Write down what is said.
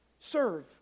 serve